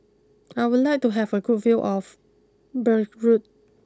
I would like to have a good view of Beirut